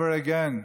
never again.